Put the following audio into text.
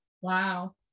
Wow